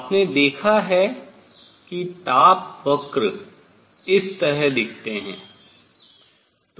आपने देखा है कि ताप वक्र इस तरह दिखते हैं